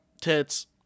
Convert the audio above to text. tits